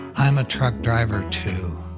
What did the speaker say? i'm a truck driver too.